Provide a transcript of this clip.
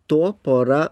tuo pora